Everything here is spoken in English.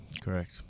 Correct